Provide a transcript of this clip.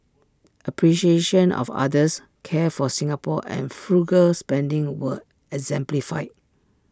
appreciation of others care for Singapore and frugal spending were exemplified